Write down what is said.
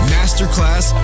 Masterclass